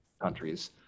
countries